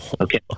Okay